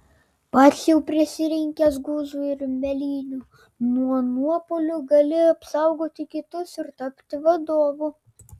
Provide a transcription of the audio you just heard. pats jau prisirinkęs guzų ir mėlynių nuo nuopuolių gali apsaugoti kitus ir tapti vadovu